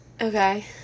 Okay